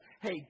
hey